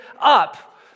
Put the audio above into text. up